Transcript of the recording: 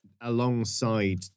alongside